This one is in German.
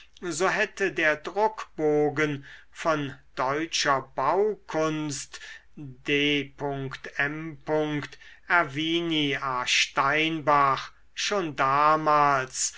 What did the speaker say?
so hätte der druckbogen von deutscher baukunst d m ervini a steinbach schon damals